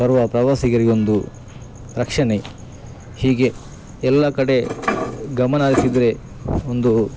ಬರುವ ಪ್ರವಾಸಿಗರಿಗೊಂದು ರಕ್ಷಣೆ ಹೀಗೆ ಎಲ್ಲ ಕಡೆ ಗಮನ ಹರಿಸಿದ್ರೆ ಒಂದು